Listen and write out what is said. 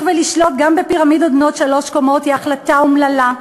לשלוט גם בפירמידות בנות שלוש קומות היא החלטה אומללה.